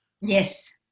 Yes